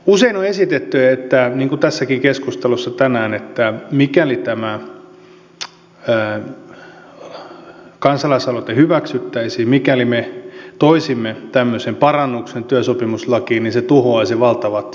usein on esitetty niin kuin tässäkin keskustelussa tänään että mikäli tämä kansalaisaloite hyväksyttäisiin mikäli me toisimme tämmöisen parannuksen työsopimuslakiin niin se tuhoaisi valtavat määrät työpaikkoja